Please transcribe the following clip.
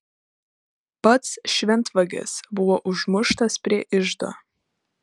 pats šventvagis buvo užmuštas prie iždo